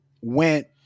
went